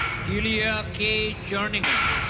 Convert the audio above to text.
gilia k jerningan.